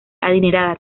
adinerada